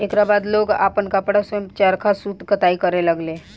एकरा बाद लोग आपन कपड़ा स्वयं चरखा सूत कताई करे लगले